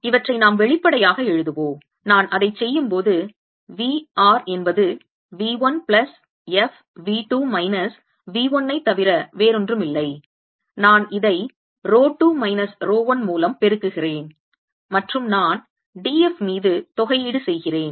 இவற்றை நாம் வெளிப்படையாக எழுதுவோம் நான் அதைச் செய்யும்போது V r என்பது V 1 plus f V 2 minus V 1 ஐ தவிர வேறொன்றுமில்லை நான் இதை ரோ 2 மைனஸ் ரோ 1 மூலம் பெருக்குகிறேன் மற்றும் நான் d f மீது தொகையீடு செய்கிறேன்